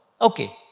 Okay